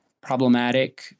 problematic